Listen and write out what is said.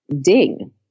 ding